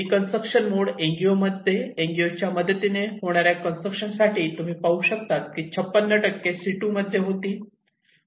reconstruction mode N G O च्या मदतीने होणाऱ्या कंस्ट्रक्शन साठी तुम्ही पाहू शकतात की 56 सीटू मध्ये होती